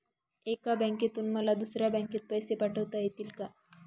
एका बँकेतून मला दुसऱ्या बँकेत पैसे पाठवता येतील का?